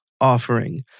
offering